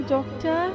Doctor